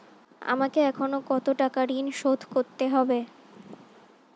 আমাকে এখনো কত টাকা ঋণ শোধ করতে হবে?